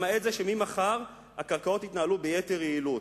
למעט זה שממחר הקרקעות יתנהלו ביתר יעילות.